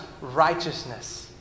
Righteousness